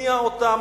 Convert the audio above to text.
תצניע אותם,